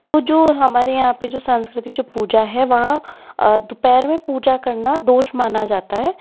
तो जो हमारे यहाँ पर जो सांस्कृतिक जो पूजा है वहाँ दोपहर में पूजा करना दोष माना जाता है